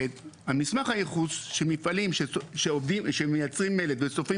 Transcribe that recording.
מסמך הייחוס שמפעלים שמייצרים מלט ושורפים